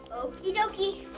okeydokey.